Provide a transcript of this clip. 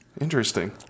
Interesting